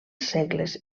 segles